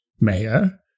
mayor